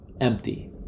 empty